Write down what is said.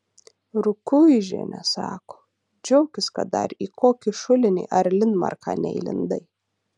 rukuižienė sako džiaukis kad dar į kokį šulinį ar linmarką neįlindai